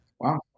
Wow